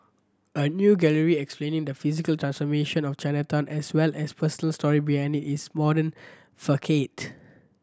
a new gallery explaining the physical transformation of Chinatown as well as personal story behind its modern facade